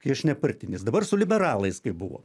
kai aš nepartinis dabar su liberalais kaip buvo